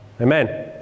amen